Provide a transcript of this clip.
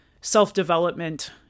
self-development